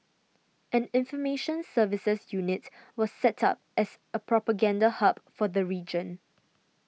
an information services unit was set up as a propaganda hub for the region